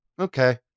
Okay